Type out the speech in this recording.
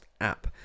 app